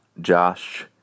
Josh